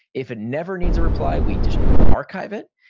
if it never needs a reply, we just archive it.